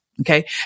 Okay